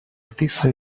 artista